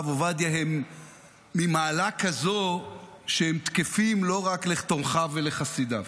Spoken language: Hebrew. עובדיה הם ממעלה כזו שהם תקפים לא רק לתומכיו ולחסידיו.